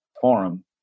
forum